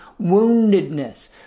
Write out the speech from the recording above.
woundedness